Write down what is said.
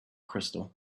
crystal